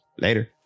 Later